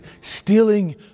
stealing